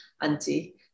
auntie